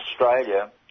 Australia